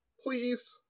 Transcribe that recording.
Please